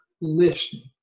listening